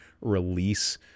release